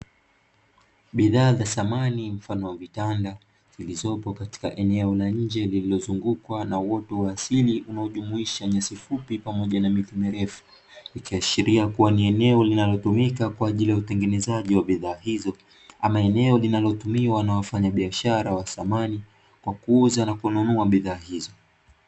Bidhaa za samani mfano wa vitanda zilizopo katika eneo la nje lililozungukwa na uoto wa asili, unaojumuisha nyasi fupi pamoja na miti mirefu, ikiashiria kuwa ni eneo linalotumika kwa ajili ya utengenezaji wa bidhaa hizo, ama eneo linalotumiwa na wafanyabiashara wa samani kwa kuuza na kununua bidhaa hizo.